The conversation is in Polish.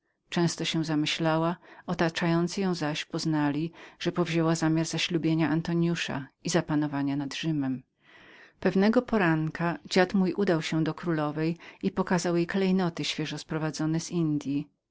często się zamyśliwała otaczający ją zaś poznali że powzięła zamiar zaślubienia antoniusza i zapanowania nad rzymem pewnego poranku mój dziad udał się do królowej i pokazał jej klejnoty świeżo sprowadzone z indyi